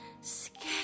Scared